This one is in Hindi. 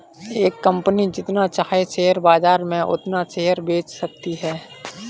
एक कंपनी जितना चाहे शेयर बाजार में उतना शेयर बेच सकती है